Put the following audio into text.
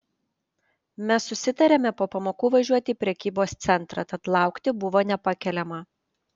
mes susitarėme po pamokų važiuoti į prekybos centrą tad laukti buvo nepakeliama